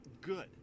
good